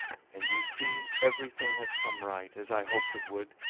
and you see everything has come right, as i hoped it would.